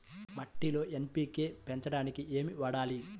మట్టిలో ఎన్.పీ.కే పెంచడానికి ఏమి వాడాలి?